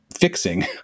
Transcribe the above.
fixing